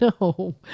no